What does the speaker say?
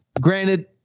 Granted